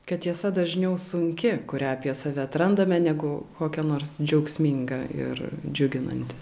kad tiesa dažniau sunki kurią apie save atrandame negu kokią nors džiaugsmingą ir džiuginanti